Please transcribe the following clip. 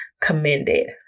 commended